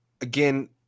again